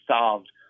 solved